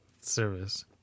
service